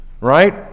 right